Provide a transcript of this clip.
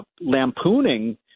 lampooning